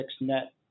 net